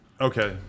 Okay